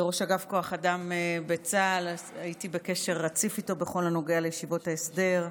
כראש אגף כוח אדם בצה"ל הייתי בקשר רציף איתו בכל הנוגע לישיבות ההסדר,